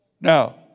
Now